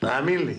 תאמין לי.